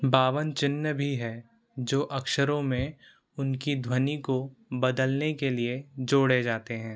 बावन चिह्न भी हैं जो अक्षरों में उनकी ध्वनि को बदलने के लिए जोड़े जाते हैं